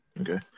Okay